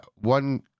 one